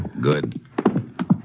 Good